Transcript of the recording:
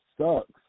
sucks